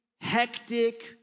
hectic